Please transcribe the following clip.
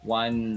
one